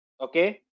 Okay